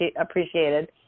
appreciated